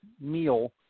meal